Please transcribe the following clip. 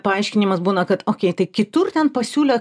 paaiškinimas būna kad ok kitur ten pasiūlė